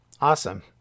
Awesome